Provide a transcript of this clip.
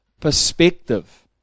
perspective